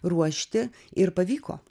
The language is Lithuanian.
ruošti ir pavyko